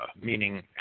meaning